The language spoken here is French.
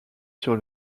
sur